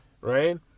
Right